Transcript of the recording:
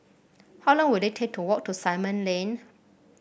how long will it take to walk to Simon Lane